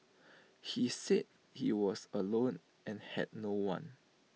he said he was alone and had no one